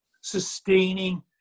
sustaining